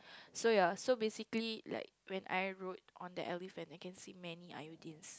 so ya so basically like when I rode on the elephant I can see many iodine